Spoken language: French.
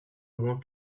moins